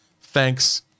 Thanks